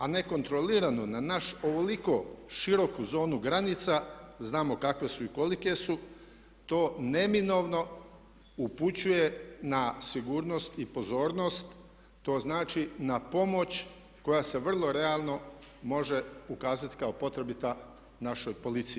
A nekontrolirano na našu ovoliko široku zonu granica, znamo kakve su i kolike su, to neminovno upućuje na sigurnost i pozornost, to znači na pomoć koja se vrlo realno može ukazati kao potrebita našoj policiji.